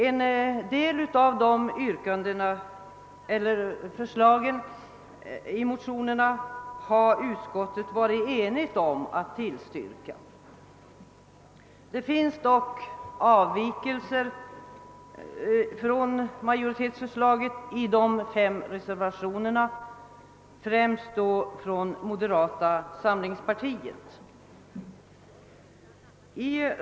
En del av förslagen i motionerna har utskottet enhälligt avstyrkt. Det finns dock avvikelser från majoritetsförslaget i de fem reservationerna, främst från moderata samlingspartiet.